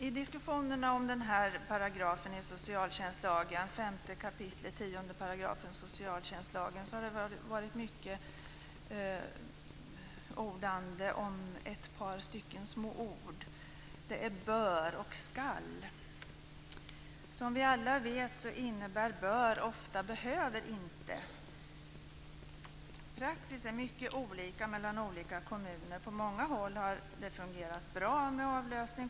I diskussionen har mycket gällt 5 kap. 10 § socialtjänstlagen. Det har varit mycket ordande om ett par små ord. Det är bör och skall. Som vi alla vet innebär "bör" ofta "behöver inte". Praxis är mycket olika mellan olika kommuner. På många håll har det fungerat bra med avlösning.